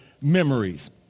memories